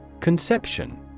Conception